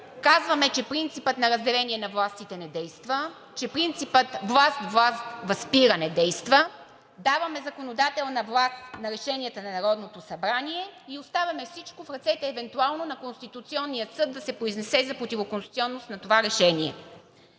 Казваме, че принципът на разделение на властите не действа, че принципът „власт власт възпира“ не действа. Даваме законодателна власт на решенията на Народното събрание и оставяме всичко в ръцете евентуално на Конституционния съд да се произнесе за противоконституционност на това решение.